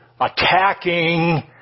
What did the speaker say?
attacking